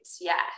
yes